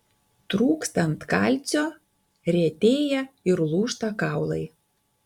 trūkstant kalcio retėja ir lūžta kaulai